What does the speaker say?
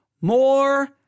more